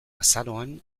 azaroan